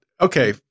okay